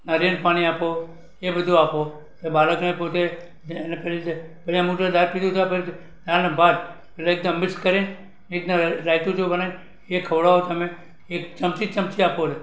નારિયેળ પાણી આપો એ બધું આપો એ બાળકને પોતે એને કઈ રીતે અરે અમુક તો દૂધ આપે છે દાળને ભાત પેલા એકદમ મિક્સ કરીને એ રીતનાં રાઈતું જેવુ બનાવી એ ખવડાવો તમે એક ચમચી ચમચી આપો એને